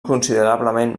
considerablement